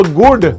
good